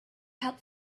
had